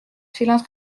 félin